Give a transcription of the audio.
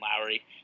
Lowry